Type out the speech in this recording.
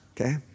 okay